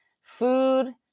food